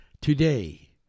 Today